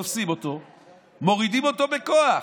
תופסים אותו ומורידים אותו בכוח.